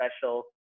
special